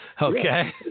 Okay